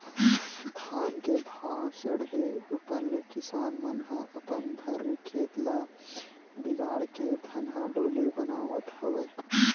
धान के भाव चड़हे ऊपर ले किसान मन ह अपन भर्री खेत ल बिगाड़ के धनहा डोली बनावत हवय